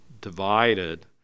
divided